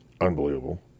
unbelievable